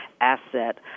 asset